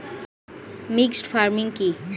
Mixed farming কি?